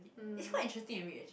it's quite interesting to read actually